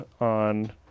on